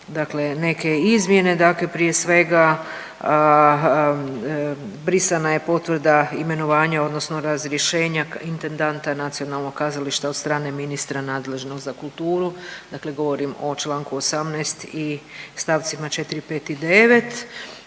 dakle neke izmjene, dakle prije svega brisana je potvrda imenovanja odnosno razrješenja intendanta nacionalnog kazališta od strane ministra nadležnog za kulturu, dakle govorim o čl. 18. i st. 4., 5. i 9..